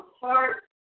heart